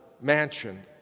mansion